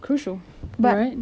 crucial right